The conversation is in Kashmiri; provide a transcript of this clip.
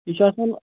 یہِ چھُ آسان